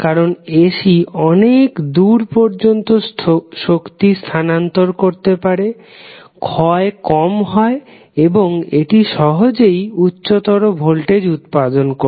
কারণ এসি অনেক দূর পর্যন্ত শক্তি স্থানান্তর করতে পারে ক্ষয় কম হয় এবং এটি সহজেই উচ্চতর ভোল্টেজ উৎপাদন করে